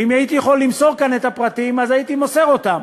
ואם הייתי יכול למסור כאן את הפרטים הייתי מוסר אותם.